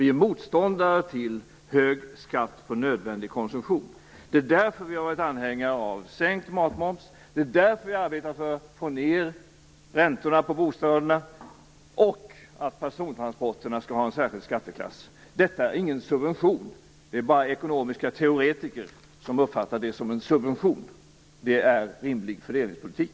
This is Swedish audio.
Vi är motståndare till hög skatt på nödvändig konsumtion. Det är därför vi har varit anhängare av sänkt matmoms. Det är därför vi har arbetat för att få ned räntorna på bostäderna och för att persontransporterna skall ha en särskild skatteklass. Detta är ingen subvention; det är bara ekonomiska teoretiker som uppfattar det som en subvention. Det är rimlig fördelningspolitik.